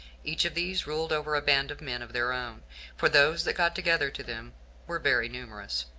each of these ruled over a band of men of their own for those that got together to them were very numerous.